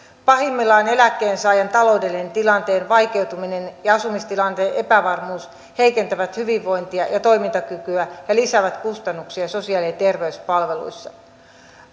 pahimmillaan eläkkeensaajan taloudellisen tilanteen vaikeutuminen ja asumistilanteen epävarmuus heikentävät hyvinvointia ja toimintakykyä ja lisäävät kustannuksia sosiaali ja ja terveyspalveluissa